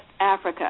Africa